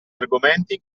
argomenti